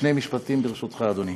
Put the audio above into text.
שני משפטים, ברשותך, אדוני.